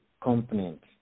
component